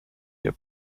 your